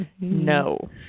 No